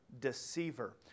deceiver